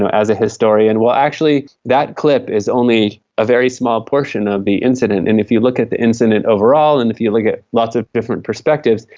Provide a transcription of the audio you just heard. ah as a historian, well actually that clip is only a very small portion of the incident, and if you look at the incident overall and if you look at lots of different perspectives,